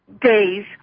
days